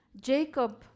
Jacob